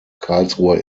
karlsruher